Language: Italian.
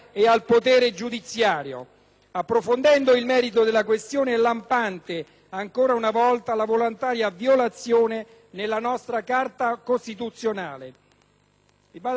Approfondendo il merito della questione, è lampante, ancora una volta, la volontaria violazione della nostra Carta costituzionale. Non è poi vero